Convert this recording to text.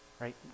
Right